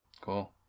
cool